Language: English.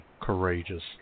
courageous